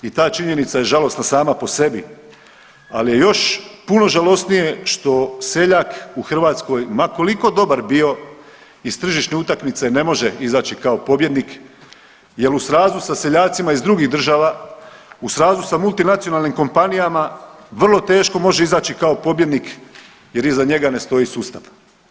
I ta činjenica je žalosna sama po sebi, ali je još puno žalosnije što seljak u Hrvatskoj ma koliko dobar bio iz tržišne utakmice ne može izaći kao pobjednik jer u srazu sa seljacima iz drugih država, u srazu sa multinacionalnim kompanijama vrlo teško može izaći kao pobjednik jer iza njega ne stoji sustav.